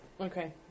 Okay